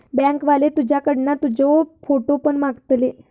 bank वाले तुझ्याकडना तुजो फोटो पण मागतले